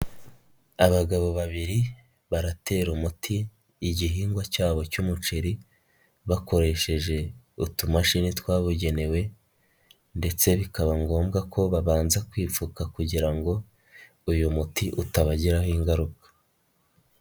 Abagabo babiri baratera umuti igihingwa cyabo cy'umuceri bakoresheje utumashini twabugenewe ndetse bikaba ngombwa ko babanza kwipfuka kugira ngo uyu muti utabagiraho ingaruka.